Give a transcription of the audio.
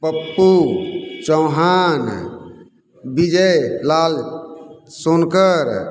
Pappu Chauhan Vijay Lal Sonkar